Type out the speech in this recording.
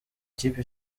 kipe